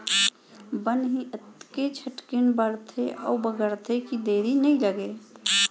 बन ही अतके झटकुन बाढ़थे अउ बगरथे कि देरी नइ लागय